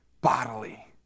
bodily